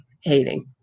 hating